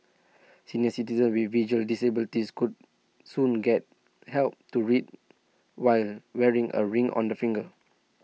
senior citizens with visual disabilities could soon get help to read while wearing A ring on their finger